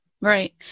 Right